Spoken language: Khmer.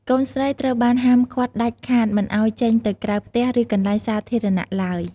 កូនស្រីត្រូវបានហាមឃាត់ដាច់ខាតមិនឱ្យចេញទៅក្រៅផ្ទះ ឬកន្លែងសាធារណៈឡើយ។